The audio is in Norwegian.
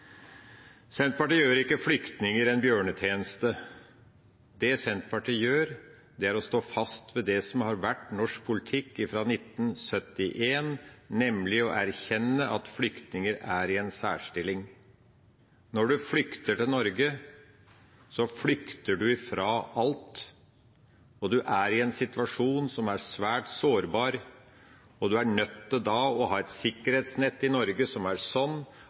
Senterpartiet gjør ikke flyktninger en bjørnetjeneste. Det Senterpartiet gjør, er å stå fast ved det som har vært norsk politikk fra 1971, nemlig å erkjenne at flyktninger er i en særstilling. Når du flykter til Norge, flykter du fra alt. Du er i en situasjon som er svært sårbar, og da er du nødt til å ha et sikkerhetsnett i Norge sånn